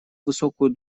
высокую